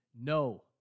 no